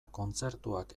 kontzertuak